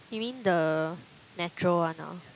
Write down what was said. you mean the natural one ah